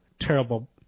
terrible